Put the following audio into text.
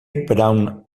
brown